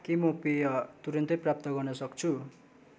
के म पेय तुरुन्तै प्राप्त गर्न सक्छु